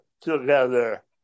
together